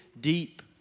deep